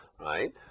Right